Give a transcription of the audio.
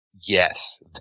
yes